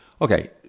okay